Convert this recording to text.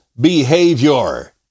behavior